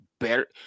better